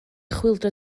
chwyldro